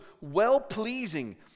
well-pleasing